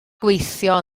gweithio